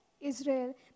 Israel